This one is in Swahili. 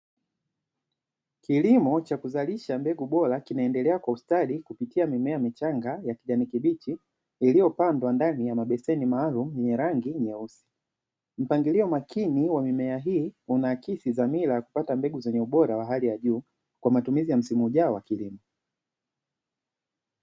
Kilimo cha kuzalisha mbegu bora kinaendelea kwa ustadi kupitia mimea michanga ya kijani kibichi, iliyo pandwa ndani ya mabeseni maalumu yenye rangi nyeusi mpangilio makini wa mimea, hii unaakisi dhamira ya kupata mbegu zenye ubora wa hali ya juu kwa matumizi ya msimu ujao wa kilimo .